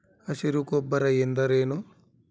ಹಸಿರು ಗೊಬ್ಬರ ಎಂದರೇನು?